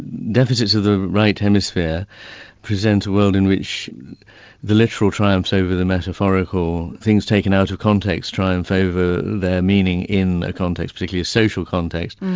deficits of the right hemisphere present a world in which the literal triumphs over the metaphorical, things taken out of context triumph over their meaning in a context, particularly a social context,